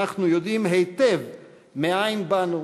אנחנו יודעים היטב מאין באנו